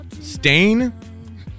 stain